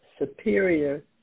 superior